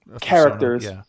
characters